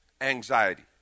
anxiety